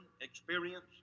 experience